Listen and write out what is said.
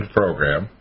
program